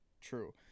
True